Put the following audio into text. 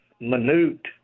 minute